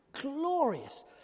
Glorious